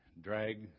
drag